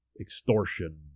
extortion